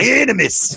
enemies